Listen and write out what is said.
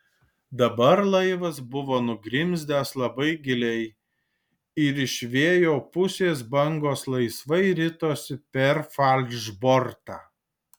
dabar laivas buvo nugrimzdęs labai giliai ir iš vėjo pusės bangos laisvai ritosi per falšbortą